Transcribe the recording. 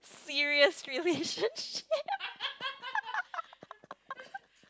serious relationship